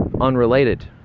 unrelated